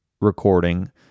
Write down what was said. recording